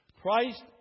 Christ